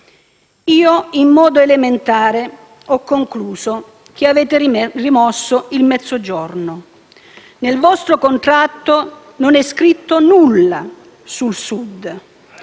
Io, in modo elementare, ho concluso che avete rimosso il Mezzogiorno. Nel vostro contratto non è scritto nulla sul Sud.